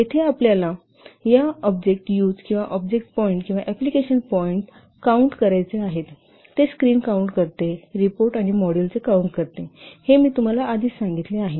येथे आपल्याला हा ऑब्जेक्ट किंवा ऑब्जेक्ट पॉईंट किंवा एप्लिकेशन पॉईंट काउन्ट करायचे आहेतहे स्क्रिन काउन्ट करते रिपोर्ट आणि मॉड्यूलची गणना आहे हे मी तुम्हाला आधीच सांगितले आहे